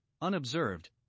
unobserved